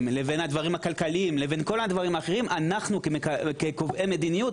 לבין הדברים הכלכליים וכל האחרים אנו כקובעי מדיניות,